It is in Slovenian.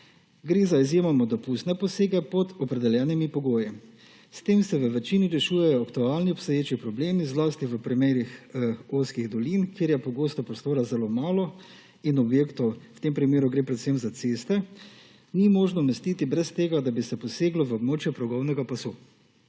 Gre za izjemoma dopustne posege pod opredeljenimi pogoji. S tem se v večini rešujejo aktualni obstoječi problemi zlasti v primerih ozkih dolin, kjer je pogosto prostora zelo malo in objektov, v tem primeru gre predvsem za ceste, ni možno umestiti brez tega, da bi se poseglo v območje progovnega pasu.